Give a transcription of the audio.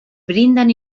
brindan